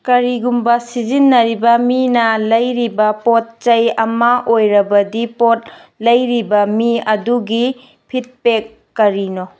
ꯀꯔꯤꯒꯨꯝꯕ ꯁꯤꯖꯤꯟꯅꯔꯤꯕ ꯃꯤꯅ ꯂꯩꯔꯤꯕ ꯄꯣꯠ ꯆꯩ ꯑꯃ ꯑꯣꯏꯔꯕꯗꯤ ꯄꯣꯠ ꯂꯩꯔꯤꯕ ꯃꯤ ꯑꯗꯨꯒꯤ ꯐꯤꯠꯕꯦꯛ ꯀꯔꯤꯅꯣ